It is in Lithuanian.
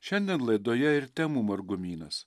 šiandien laidoje ir temų margumynas